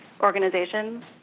organizations